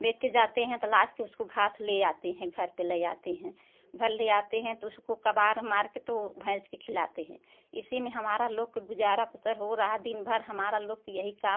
बेटे जाते हैं तो लाद कर उसको घास ले आते हैं घर पर ले आते हैं घर ले आते हैं तो उसको कबार मार कर तो भैंस के खिलाते हैं इसी में हमारा लोग का गुजारा बसर हो रहा दिन भर हमारा लोग के यही काम